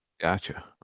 Gotcha